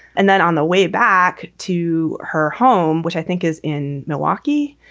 and then on the way back to her home, which i think is in milwaukee,